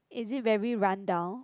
is it very run down